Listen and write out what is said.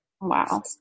Wow